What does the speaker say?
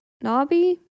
Nobby